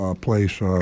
place